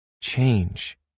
change